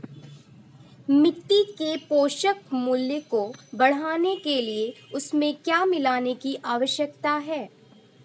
मिट्टी के पोषक मूल्य को बढ़ाने के लिए उसमें क्या मिलाने की आवश्यकता है?